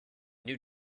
new